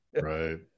Right